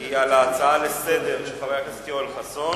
היא על ההצעה לסדר-היום של חבר הכנסת יואל חסון,